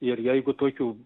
ir jeigu tokių